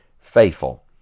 faithful